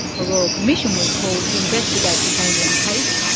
a royal commission was called to investigate the chamberlain case,